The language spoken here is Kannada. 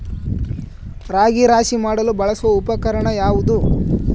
ರಾಗಿ ರಾಶಿ ಮಾಡಲು ಬಳಸುವ ಉಪಕರಣ ಯಾವುದು?